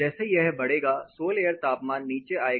जैसे यह बढ़ेगा सोल एयर तापमान नीचे आएगा